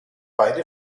beide